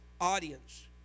audience